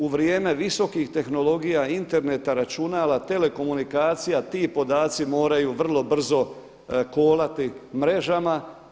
U vrijeme visokih tehnologija, interneta, računala, telekomunikacija, a ti podaci moraju vrlo brzo kolati mrežama.